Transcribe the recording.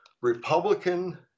Republican